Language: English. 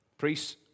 Priests